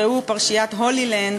ראו פרשיית "הולילנד",